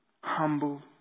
humble